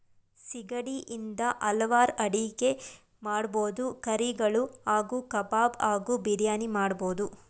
ಸಿಗಡಿ ಇಂದ ಹಲ್ವಾರ್ ಅಡಿಗೆ ಮಾಡ್ಬೋದು ಕರಿಗಳು ಹಾಗೂ ಕಬಾಬ್ ಹಾಗೂ ಬಿರಿಯಾನಿ ಮಾಡ್ಬೋದು